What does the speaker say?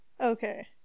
Okay